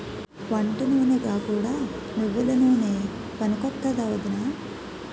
వంటనూనెగా కూడా నువ్వెల నూనె పనికొత్తాదా ఒదినా?